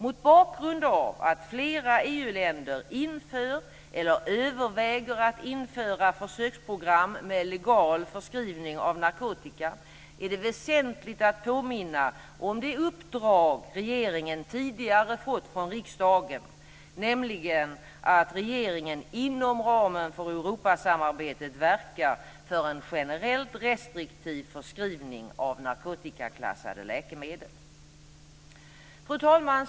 Mot bakgrund av att flera EU-länder inför eller överväger att införa försöksprogram med legal förskrivning av narkotika är det väsentligt att påminna om det uppdrag som regeringen tidigare fått från riksdagen, nämligen att regeringen inom ramen för Europasamarbetet ska verka för en generellt restriktiv förskrivning av narkotikaklassade läkemedel. Fru talman!